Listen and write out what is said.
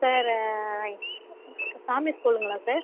sir famous ஸ்கூலுங்களா sir